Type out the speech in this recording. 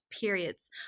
periods